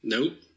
Nope